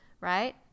right